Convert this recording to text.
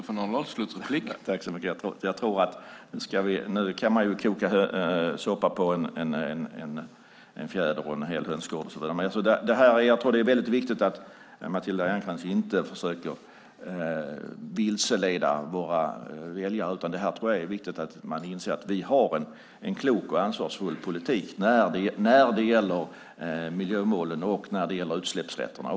Herr talman! Man kan så att säga koka soppa på en fjäder, på en hel hönsgård och så vidare. Jag tror att det är väldigt viktigt att Matilda Ernkrans inte försöker vilseleda väljarna. Jag tror också att det är viktigt att inse att vi har en klok och ansvarsfull politik när det gäller både miljömålen och utsläppsrätterna.